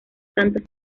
santos